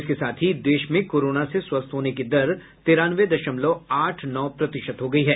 इसके साथ ही देश में कोरोना से स्वस्थ होने की दर तिरानवे दशमलव आठ नौ प्रतिशत हो गई है